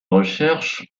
recherche